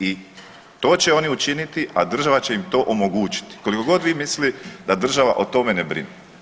I to će oni učiniti, a država će im to omogućiti, kolikogod vi mislili da država o tome ne brine.